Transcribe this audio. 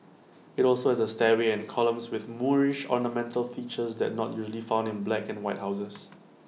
IT also has A stairway and columns with Moorish ornamental features that not usually found in black and white houses